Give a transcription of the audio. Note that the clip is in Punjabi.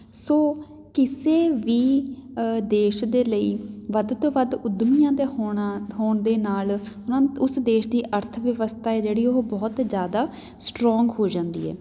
ਸੋ ਕਿਸੇ ਵੀ ਦੇਸ਼ ਦੇ ਲਈ ਵੱਧ ਤੋਂ ਵੱਧ ਉੱਦਮੀਆਂ ਦਾ ਹੋਣਾ ਹੋਣ ਦੇ ਨਾਲ ਉਹਨਾਂ ਉਸ ਦੇਸ਼ ਦੀ ਅਰਥ ਵਿਵਸਥਾ ਏ ਜਿਹੜੀ ਉਹ ਬਹੁਤ ਜ਼ਿਆਦਾ ਸਟਰੋਂਗ ਹੋ ਜਾਂਦੀ ਹੈ